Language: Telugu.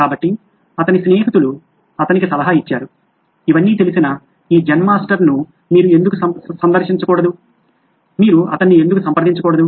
కాబట్టి అతని స్నేహితులు అతనికి సలహా ఇచ్చారు ఇవన్నీ తెలిసిన ఈ జెన్ మాస్టర్ ను మీరు ఎందుకు సందర్శించకూడదు మీరు అతన్ని ఎందుకు సంప్రదించకూడదు